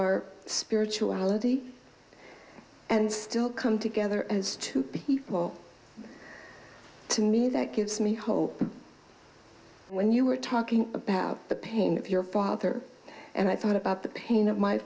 our spirituality and still come together as two people to me that gives me hope when you were talking about the pain of your father and i thought about the pain